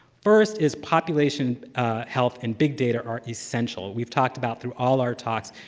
first is population health and bigdata are essential. we've talked about, through all our talks,